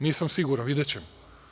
Nisam siguran, videćemo.